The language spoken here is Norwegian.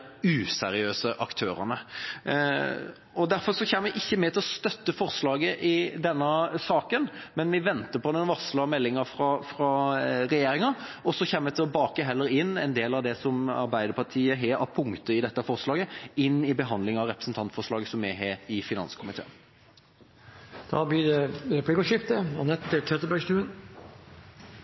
useriøse aktørene. Derfor kommer ikke vi til å støtte forslaget i denne saken. Vi venter på den varslede meldinga fra regjeringa, og så kommer vi heller til å bake inn en del av det som Arbeiderpartiet har av punkter i dette forslaget, i behandlinga av representantforslaget som vi har i finanskomiteen. Det blir replikkordskifte. Det